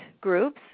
groups